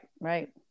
right